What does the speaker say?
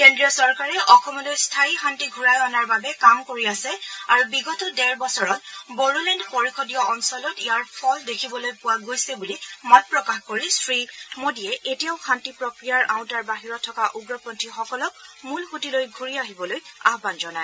কেন্দ্ৰীয় চৰকাৰে অসমলৈ স্থায়ী শান্তি ঘূৰাই অনাৰ বাবে কাম কৰি আছে আৰু বিগত ডেৰ বছৰত বড়োলেণ্ড পৰিযদীয় অঞ্চলত ইয়াৰ ফল দেখিবলৈ পোৱা গৈছে বুলি মত প্ৰকাশ কৰি শ্ৰীমোদীয়ে এতিয়াও শান্তি প্ৰক্ৰিয়াৰ আওঁতাৰ বাহিৰত থকা উগ্ৰপন্থীসকলক মূলসৃতীলৈ ঘুৰি আহিবলৈ আহান জনায়